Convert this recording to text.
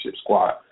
squad